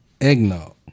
eggnog